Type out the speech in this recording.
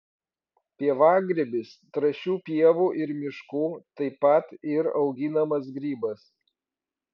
pievagrybis trąšių pievų ir miškų taip pat ir auginamas grybas